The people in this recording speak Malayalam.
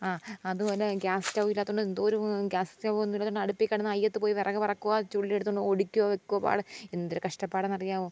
ആ അതു പോലെ ഗ്യാസ് സ്റ്റൗ ഇല്ലാത്തതു കൊണ്ട് എന്തോരു ഗ്യാസ് സ്റ്റൗ ഒന്നുമില്ലത്തതു കൊണ്ട് അടുപ്പിൽ കിടന്ന് അയ്യത്ത് പോയി വിറകു പറക്കുവാ ചുള്ളി എടുത്തു കൊണ്ട് ഒടിക്കുകയോ വെക്കുകയോ പാട് എന്തൊരു കഷ്ടപ്പാടാണെന്ന് അറിയാമോ